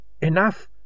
Enough